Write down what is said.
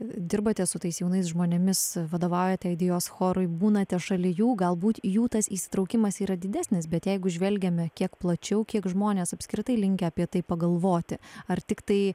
dirbate su tais jaunais žmonėmis vadovaujate idėjos chorui būnate šalia jų galbūt jų tas įsitraukimas yra didesnis bet jeigu žvelgiame kiek plačiau kiek žmonės apskritai linkę apie tai pagalvoti ar tiktai